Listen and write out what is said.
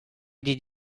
did